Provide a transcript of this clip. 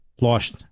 lost